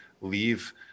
leave